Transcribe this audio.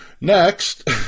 Next